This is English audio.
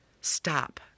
stop